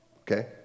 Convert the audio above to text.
okay